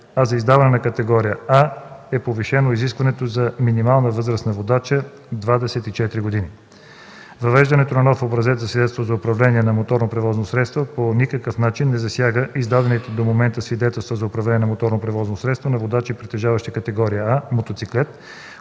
а за издаване на категория „А” е повишено изискването за минимална възраст на водача 24 години. Въвеждането на нов образец на свидетелство за управление на моторно превозно средство по никакъв начин не засяга издадените до момента свидетелства за управление на моторно превозно средство на водачи, притежаващи категория „А” – „мотоциклет”,